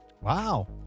Wow